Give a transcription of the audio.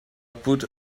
put